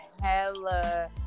hella